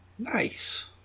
Nice